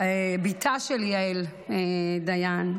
בתה של יעל דיין,